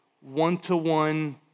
one-to-one